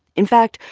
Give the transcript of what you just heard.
in fact,